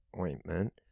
ointment